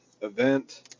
event